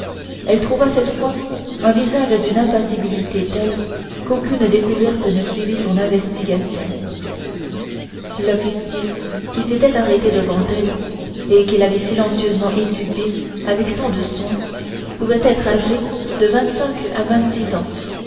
elle trouva cette fois un visage d'une impassibilité telle qu'aucune découverte ne suivit son investigation l'officier qui s'était arrêté devant elle et qui l'avait silencieusement étudiée avec tant de soin pouvait être âgé de vingt-cinq à vingtsix ans